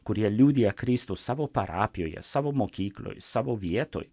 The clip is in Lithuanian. kurie liudija kristų savo parapijoje savo mokykloj savo vietoj